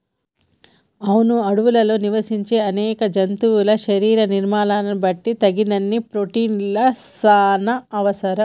వును అడవుల్లో నివసించే అనేక జంతువుల శరీర నిర్మాణాలను బట్టి తగినన్ని ప్రోటిన్లు చానా అవసరం